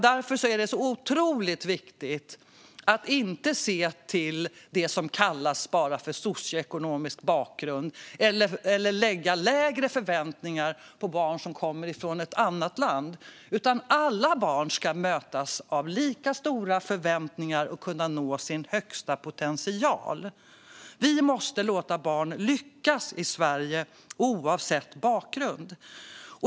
Därför är det så otroligt viktigt att inte se till det som kallas socioekonomisk bakgrund eller lägga lägre förväntningar på barn som kommer från ett annat land. Alla barn ska mötas av lika stora förväntningar och kunna nå sin högsta potential. Vi måste låta barn lyckas i Sverige oavsett bakgrund.